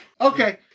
Okay